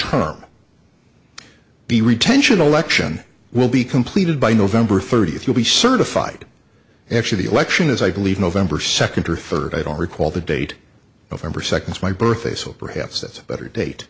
term the retention election will be completed by november thirtieth you'll be certified actually the election is i believe november second or third i don't recall the date of number seconds my birthday so perhaps that's a better date